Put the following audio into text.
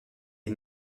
est